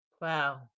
Wow